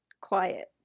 quiet